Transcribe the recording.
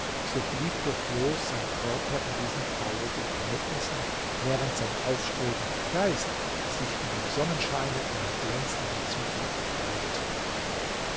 so blieb doch bloß sein körper in diesen traurigen verhältnissen während sein aufstrebender geist sich in dem sonnenscheine einer glänzenden zukunft weidete